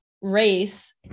race